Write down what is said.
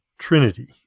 Trinity